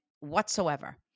Whatsoever